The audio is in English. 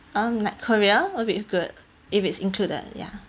um like korea or with good if it's included ya